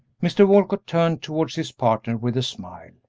mr. walcott turned towards his partner with a smile.